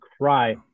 cry